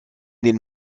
den